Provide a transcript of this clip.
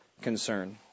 concern